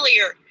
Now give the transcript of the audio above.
earlier